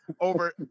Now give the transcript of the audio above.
over